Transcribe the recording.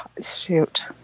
shoot